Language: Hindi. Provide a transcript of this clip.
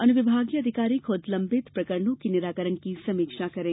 अनुविभागीय अधिकारी खुद लम्बित प्रकरणों के निराकरण की समीक्षा करें